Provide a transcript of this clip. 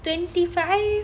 twenty five